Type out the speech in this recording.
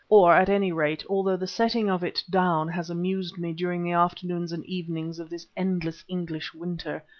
or, at any rate, although the setting of it down has amused me during the afternoons and evenings of this endless english winter,